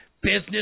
business